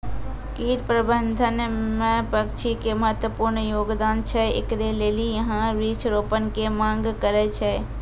कीट प्रबंधन मे पक्षी के महत्वपूर्ण योगदान छैय, इकरे लेली यहाँ वृक्ष रोपण के मांग करेय छैय?